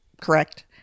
Correct